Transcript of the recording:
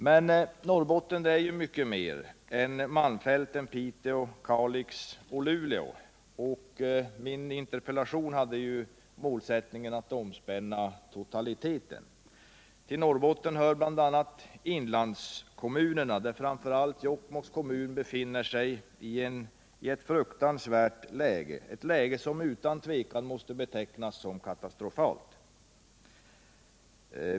Men Norrbotten är ju mycket mer än malmfälten, Piteå, Kalix och Luleå, min interpellation syftade också till att omspänna länets totala problem. Till Norrbotten hör bl.a. inlandskommunerna. Bland dem befinner sig framför att upprätthålla Sysselsättningen Norrbotten i allt Jokkmokks kommun i ett fruktansvärt läge, som utan tvivel måste betecknas som katastrofalt.